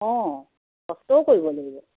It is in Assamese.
অঁ কষ্টও কৰিব লাগিব